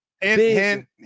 Big